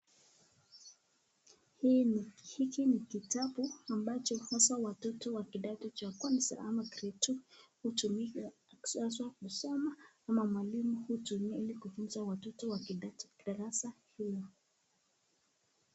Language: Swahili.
Hiki ni kitabu ambacho hasa watoto wa kidacho cha kwanza hutumika saa ya kusoma, ama mwalimu hutumia kufunza watoto wake wa darasa hiyo.